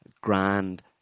grand